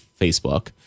Facebook